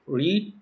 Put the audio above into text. read